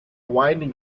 winding